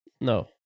No